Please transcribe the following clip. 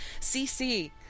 CC